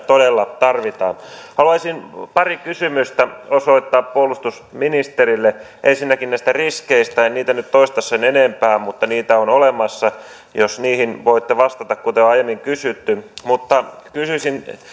todella tarvitaan haluaisin pari kysymystä osoittaa puolustusministerille ensinnäkin näistä riskeistä en niitä nyt toista sen enempää mutta niitä on olemassa jos niihin voitte vastata kun on aiemmin kysytty mutta kysyisin